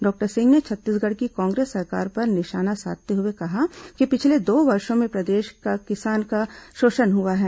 doctor Singh ने छत्तीसगढ़ की कांग्रेस सरकार पर निशाना साधते हुए कहा कि पिछले दो वर्षो में प्रदेश के किसानों का शोषण हुआ है